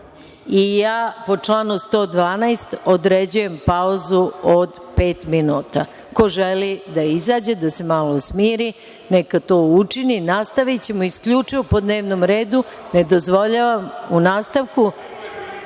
čuli. Po članu 112. određujem pauzu od pet minuta. Ko želi da izađe, da se malo smiri neka to učini. Nastavićemo isključivo po dnevnom redu. Ne dozvoljavam u nastavku…(Zoran